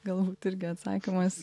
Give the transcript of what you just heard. galbūt irgi atsakymas